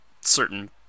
certain